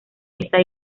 esa